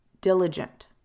diligent